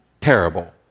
Terrible